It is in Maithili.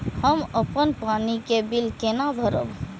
हम अपन पानी के बिल केना भरब?